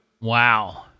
wow